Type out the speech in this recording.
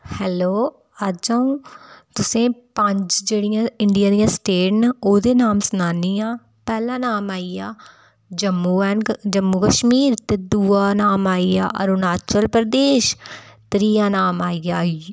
hello अज्ज अऊं तुसेंगीं पंज जेह्ड़ियां इंडिया दी स्टेट न ओह्दे नाँऽ सनानी आं पैहला नांऽ आई गेआ जम्मू एन्ड कश्मीर दूआ नांऽ आई गेआ अरुणाचल प्रदेश त्रीआ नांऽ आई गेआ